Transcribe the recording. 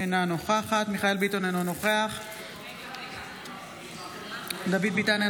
אינו נוכח מיכאל מרדכי ביטון,